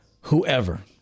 whoever